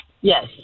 Yes